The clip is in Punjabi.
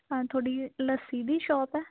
ਹਾਂ ਤੁਹਾਡੀ ਲੱਸੀ ਦੀ ਸ਼ੋਪ ਹੈ